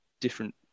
different